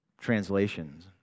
translations